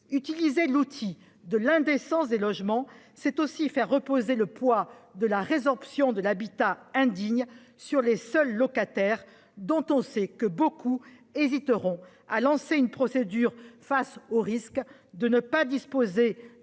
Utiliser l'outil de l'indécence des logements, c'est aussi faire reposer le poids de la résorption de l'habitat indigne sur les seuls locataires, dont on sait que beaucoup hésiteront à lancer une procédure face au risque de ne pas disposer